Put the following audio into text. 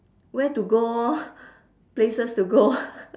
where to go orh places to go